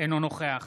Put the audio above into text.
אינו נוכח